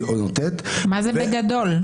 מה זה בגדול?